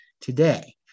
today